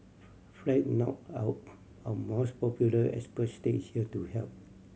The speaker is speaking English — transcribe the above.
fret not our most popular expert stage here to help